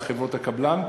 על חברות הקבלן,